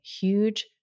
huge